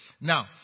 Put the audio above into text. Now